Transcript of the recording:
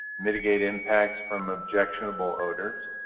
mitigate impacts from objectionable odors.